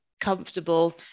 comfortable